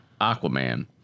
Aquaman